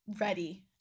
ready